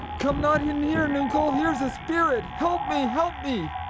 come not in here, nuncle, here's a spirit. help me, help me!